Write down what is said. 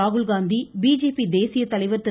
ராகுல்காந்தி பிஜேபி தேசியத் தலைவர் திரு